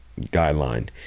guideline